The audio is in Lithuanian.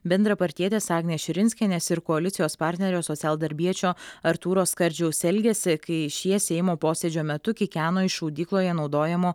bendrapartietės agnės širinskienės ir koalicijos partnerio socialdarbiečio artūro skardžiaus elgesį kai šie seimo posėdžio metu kikeno iš šaudykloje naudojamo